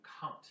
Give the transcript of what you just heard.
count